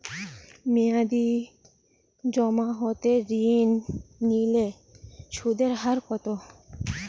মেয়াদী জমা হতে ঋণ নিলে সুদের হার কত?